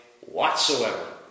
whatsoever